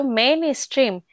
mainstream